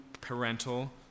parental